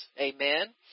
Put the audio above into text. Amen